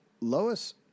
Lois